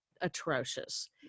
atrocious